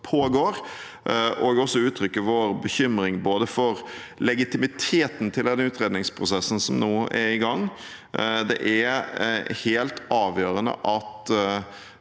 også uttrykke vår bekymring for legitimiteten til den utredningsprosessen som nå er i gang. Det er helt avgjørende at